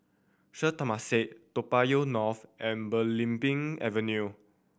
Sri Temasek Toa Payoh North and Belimbing Avenue